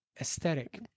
Aesthetic